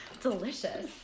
Delicious